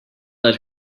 let